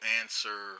answer